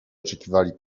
oczekiwali